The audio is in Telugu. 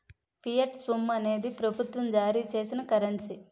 ఫియట్ సొమ్ము అనేది ప్రభుత్వం జారీ చేసిన కరెన్సీ